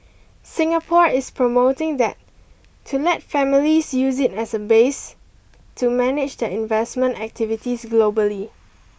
Singapore is promoting that to let families use it as a base to manage their investment activities globally